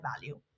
value